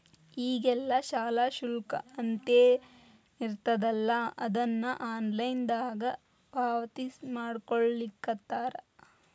ಈಗೆಲ್ಲಾ ಶಾಲಾ ಶುಲ್ಕ ಅಂತೇನಿರ್ತದಲಾ ಅದನ್ನ ಆನ್ಲೈನ್ ದಾಗ ಪಾವತಿಮಾಡ್ಕೊಳ್ಳಿಖತ್ತಾರ